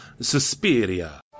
Suspiria